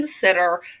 consider